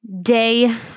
Day